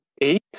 eight